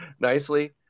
nicely